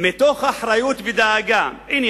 "מתוך אחריות ודאגה" הנה,